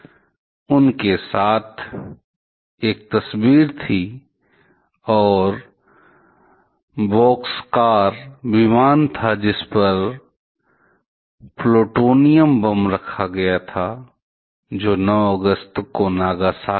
जन्मजात प्रभाव जन्मजात बीमारियां दिखाई दे सकती हैं समय से पहले मृत्यु भी आम है क्योंकि यह सीधे प्रसवपूर्व चरण को प्रभावित कर सकती है यह प्रसवपूर्व अवस्था के दौरान भी प्रभावित कर सकता है यह गुणसूत्रीय असामान्यता का कारण बन सकता है असामान्यता जिससे विभिन्न प्रकार के आनुवंशिक रोग हो सकते हैं और जो व्यक्ति विकिरण के संपर्क में था उसे बाद के जीवन में भी कैंसर हो सकता है जो बाद की पीढ़ियाँ में भी हस्तांतरित हो सकता है